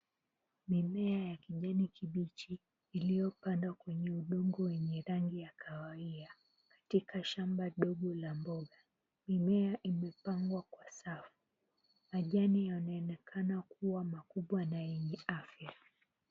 Mimea ya kijani kibichi iliyopandwa kwenye udongo wenye rangi ya kahawia katika shamba dogo la mboga. Mimea imepangwa kwa safu. Majani yanaonekana kuwa makubwa na yenye afya.